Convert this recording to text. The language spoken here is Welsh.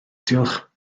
diolch